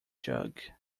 jug